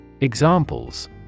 Examples